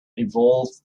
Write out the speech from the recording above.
evolved